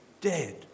dead